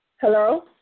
Hello